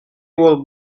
уол